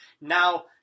Now